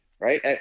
right